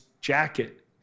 jacket